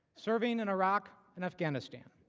serving in iraq and afghanistan.